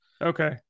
Okay